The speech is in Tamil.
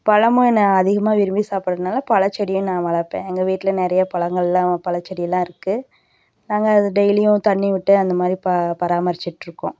பழமும் நான் அதிகமாக விரும்பி சாப்பிறதுனால பழச்செடியும் நான் வளர்ப்பேன் எங்கள் வீட்டில நிறைய பழங்கள்லாம் பழச்செடில்லாம் இருக்குது நாங்கள் அதை டெய்லியும் தண்ணி விட்டு அந்த மாதிரி ப பராமரிச்சிகிட்ருக்கோம்